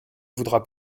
voudra